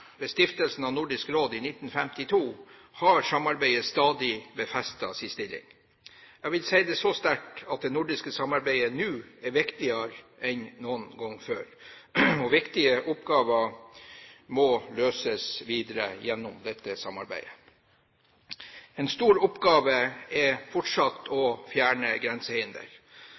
ved stiftelsen av Nordisk Råd i 1952, har samarbeidet stadig befestet sin stilling. Jeg vil si det så sterkt at det nordiske samarbeidet nå er viktigere enn noen gang før, og viktige oppgaver må løses videre gjennom dette samarbeidet. En stor oppgave er fortsatt å fjerne